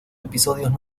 episodios